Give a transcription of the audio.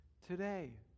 today